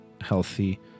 healthy